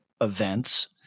events